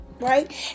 right